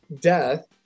death